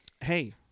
Hey